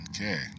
Okay